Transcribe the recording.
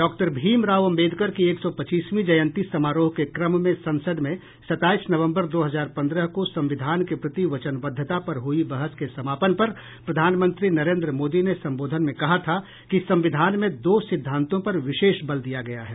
doctor Bhimrao Ambedkar की एक सौ पच्चीसवीं जयन्ती समारोह के क्रम में संसद में सताईस नवम्बर दो हजार पंद्रह को संविधान के प्रति वचनबद्धता पर हुई बहस के समापन पर प्रधानमंत्री नरेन्द्र मोदी ने संबोधन में कहा था कि संविधान में दो सिद्धान्तों पर विशेष बल दिया गया है